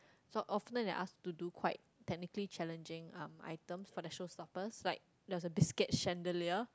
so often they ask to do quite technically challenging um items for the showstoppers like there's the biscuit Chandelier